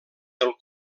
del